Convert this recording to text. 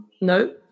No